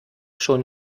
schon